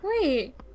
Wait